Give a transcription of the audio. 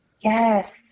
Yes